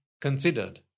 considered